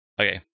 Okay